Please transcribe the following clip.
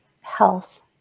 health